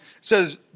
says